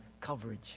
coverage